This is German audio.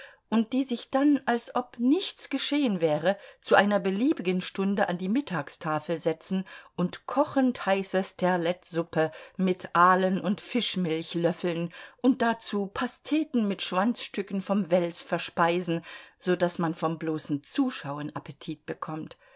und die sich dann als ob nichts geschehen wäre zu einer beliebigen stunde an die mittagstafel setzen und kochend heiße sterlettsuppe mit aalen und fischmilch löffeln und dazu pasteten mit schwanzstücken vom wels verspeisen so daß man vom bloßen zuschauen appetit bekommt